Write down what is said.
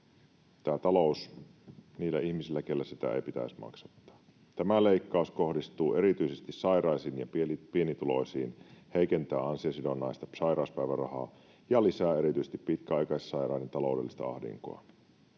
tämä talous niillä ihmisillä, keillä sitä ei pitäisi maksattaa. Tämä leikkaus kohdistuu erityisesti sairaisiin ja pienituloisiin, heikentää ansiosidonnaista sairauspäivärahaa ja lisää erityisesti pitkäaikaissairaiden taloudellista ahdinkoa.